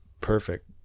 perfect